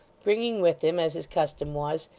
bringing with him, as his custom was,